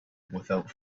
without